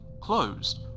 closed